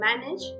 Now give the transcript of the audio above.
manage